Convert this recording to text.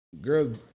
girls